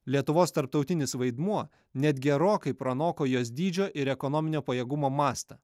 lietuvos tarptautinis vaidmuo net gerokai pranoko jos dydžio ir ekonominio pajėgumo mastą